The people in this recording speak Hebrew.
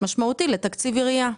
- משמעותי לתקציב עירייה.